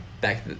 back